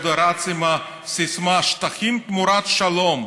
הוא עוד רץ עם הסיסמה "שטחים תמורת שלום"